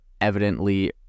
evidently